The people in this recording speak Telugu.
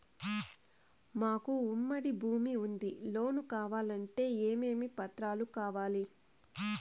మాకు ఉమ్మడి భూమి ఉంది లోను కావాలంటే ఏమేమి పత్రాలు కావాలి?